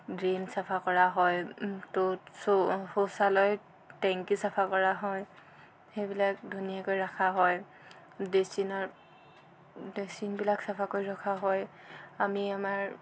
drain চফা কৰা হয় ত' চৌ শৌচালয় টেংকি চফা কৰা হয় সেইবিলাক ধুনীয়াকৈ ৰখা হয় বেচিনৰ বেচিনবিলাক চফা কৰি ৰখা হয় আমি আমাৰ